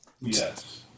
yes